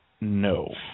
no